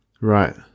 Right